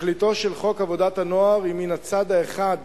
תכליתו של חוק עבודת הנוער היא מן הצד האחד